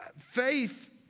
Faith